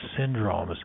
syndromes